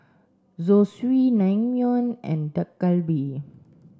Zosui Naengmyeon and Dak Galbi